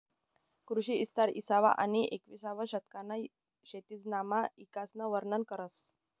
कृषी इस्तार इसावं आनी येकविसावं शतकना शेतजमिनना इकासन वरनन करस